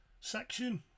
section